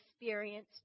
experience